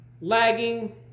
lagging